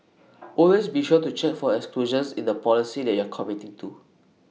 always be sure to check for exclusions in the policy that you are committing to